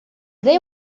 they